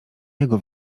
jego